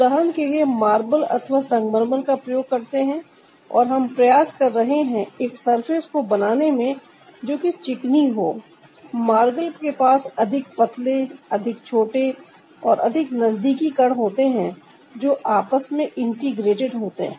उदाहरण के लिए मार्बल अथवा संगमरमर का प्रयोग करते हैं और हम प्रयास कर रहे हैं एक सर्फेस को बनाने में जो कि चिकनी हो मार्बल के पास अधिक पतले अधिक छोटे और अधिक नजदीकी कण होते हैं जो आपस में इंटीग्रेटेड होते हैं